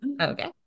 Okay